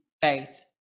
faith